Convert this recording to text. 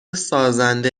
سازنده